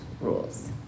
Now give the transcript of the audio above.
rules